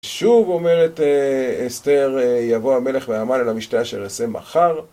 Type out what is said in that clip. שוב אומרת אסתר, יבוא המלך מהמן אל המשטה אשר אעשה מחר